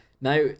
Now